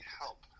help